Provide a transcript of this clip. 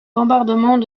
bombardement